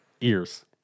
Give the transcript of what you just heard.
Ears